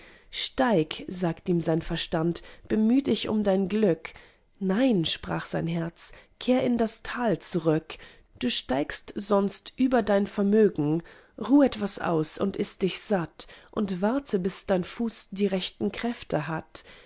sagt ihm sein verstand bemüh dich um dein glück nein sprach sein herz kehr in das tal zurück du steigst sonst über dein vermögen ruh etwas aus und iß dich satt und warte bis dein fuß die rechten kräfte hat